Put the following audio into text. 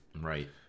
Right